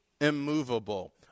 immovable